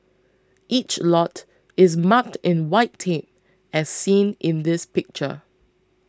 each lot is marked in white tape as seen in this picture